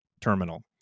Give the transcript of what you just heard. terminal